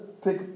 take